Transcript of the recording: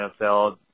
NFL